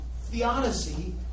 theodicy